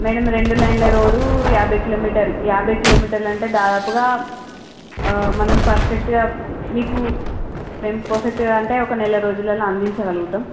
madam రెండు line ల road యాభై కిలోమీటర్ యాభై కిలోమీటర్లంటే దాదాపుగా మనం పర్ఫెక్ట్ గా మీకు మేము పర్ఫెక్ట్ గా అంటే ఒక నెల రోజులలో అందించగలుగుతాం